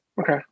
okay